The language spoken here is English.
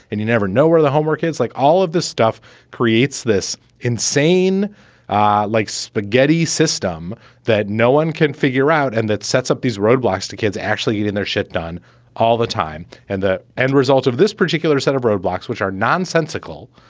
and you never know where the homework ends. like all of this stuff creates this insane like spaghetti system that no one can figure out. and that sets up these roadblocks to kids actually eating their shit done all the time and the end result of this particular set of roadblocks, which are nonsensical,